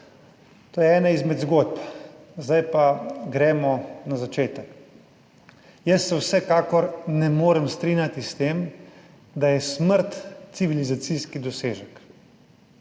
To je ena izmed zgodb. Zdaj pa gremo na začetek. Jaz se vsekakor ne morem strinjati s tem, da je smrt civilizacijski dosežek